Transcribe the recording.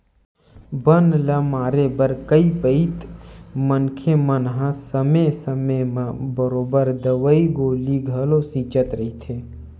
बन ल मारे बर कई पइत मनखे मन हा समे समे म बरोबर दवई गोली घलो छिंचत रहिथे